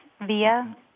via